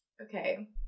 Okay